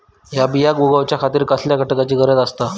हया बियांक उगौच्या खातिर कसल्या घटकांची गरज आसता?